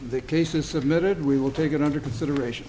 the case was submitted we will take it under consideration